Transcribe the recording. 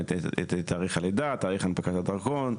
תאריך הלידה,